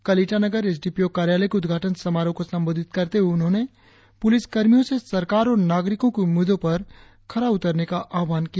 कल ईटानगर एसडीपीओ कार्यालय के उद्घाटन समारोह को संबोधित करते हुए उन्होंने पुलिस कर्मियों से सरकार और नागरिकों की उम्मीदों पर खरा उतरने का आह्वान किया